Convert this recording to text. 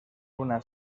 una